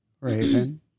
Raven